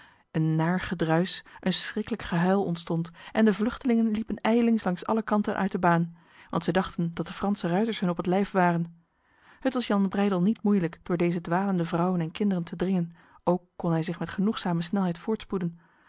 een naar gedruis een schriklijk gehuil ontstond en de vluchtelingen liepen ijlings langs alle kanten uit de baan want zij dachten dat de franse ruiters hun op het lijf waren het was jan breydel niet moeilijk door deze dwalende vrouwen en kinderen te dringen ook kon hij zich met genoegzame snelheid